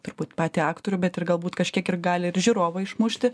turbūt patį aktorių bet ir galbūt kažkiek ir gali ir žiūrovą išmušti